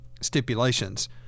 stipulations